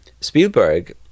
Spielberg